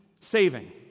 saving